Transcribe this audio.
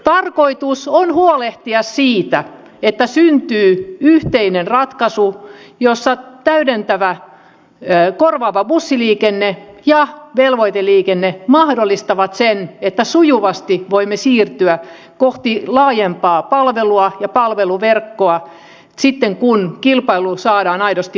tarkoitus on huolehtia siitä että syntyy yhteinen ratkaisu jossa korvaava bussiliikenne ja velvoiteliikenne mahdollistavat sen että sujuvasti voimme siirtyä kohti laajempaa palvelua ja palveluverkkoa sitten kun kilpailu saadaan aidosti liikkeelle